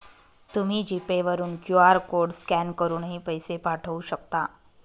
तुम्ही G pay वरून QR code scan करूनही पैसे पाठवू शकता